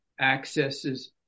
accesses